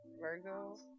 Virgo